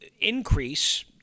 increase